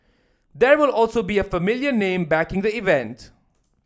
there will also be a familiar name backing the event